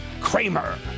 Kramer